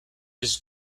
his